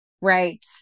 Right